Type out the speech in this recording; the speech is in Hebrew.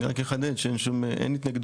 אני רק אחדד שאין שום התנגדות.